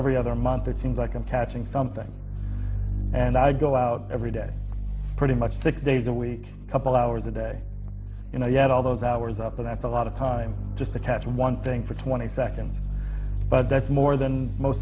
every other month it seems like i'm catching something and i go out every day pretty much six days a week a couple hours a day you know you had all those hours up but that's a lot of time just to catch one thing for twenty seconds but that's more than most